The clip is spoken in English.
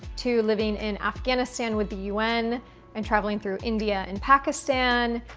to living in afghanistan, with the un and traveling through india and pakistan,